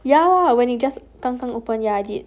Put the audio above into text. ya when it just 刚刚 open ya I did